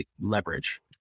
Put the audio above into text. leverage